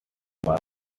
was